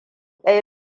ɗaya